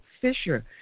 Fisher